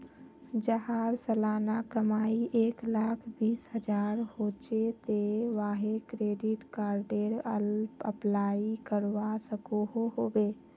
जहार सालाना कमाई एक लाख बीस हजार होचे ते वाहें क्रेडिट कार्डेर अप्लाई करवा सकोहो होबे?